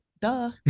Duh